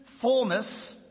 fullness